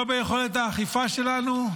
לא ביכולת האכיפה שלנו,